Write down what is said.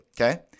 Okay